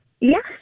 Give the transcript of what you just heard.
Yes